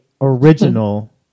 original